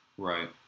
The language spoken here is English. Right